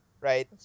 right